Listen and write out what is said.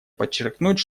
подчеркнуть